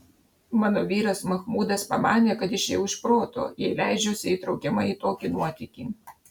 mano vyras machmudas pamanė kad išėjau iš proto jei leidžiuosi įtraukiama į tokį nuotykį